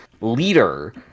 leader